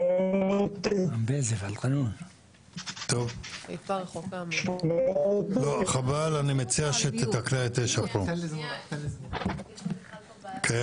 1, התוכנית של מתחם 1 עברה תנאי סף בסוף